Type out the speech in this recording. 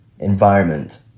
environment